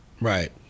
Right